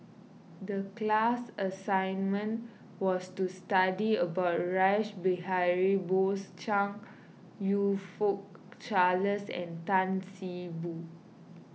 the class assignment was to study about Rash Behari Bose Chong You Fook Charles and Tan See Boo